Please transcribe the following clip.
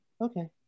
Okay